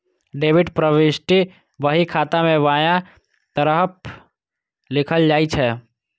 debit प्रवृष्टि बही खाता मे बायां तरफ लिखल जाइ छै